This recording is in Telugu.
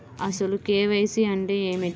అసలు కే.వై.సి అంటే ఏమిటి?